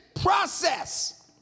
process